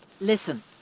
Listen